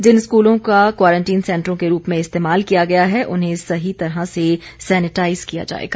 जिन स्कूलों का क्वेरंटाइन सेंटरों के रूप में इस्तेमाल किया गया है उन्हें सही तरह से सेनेटाइज किया जाएगा